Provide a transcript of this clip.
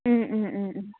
ꯎꯝ ꯎꯝ ꯎꯝ ꯎꯝ